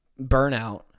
burnout